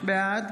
בעד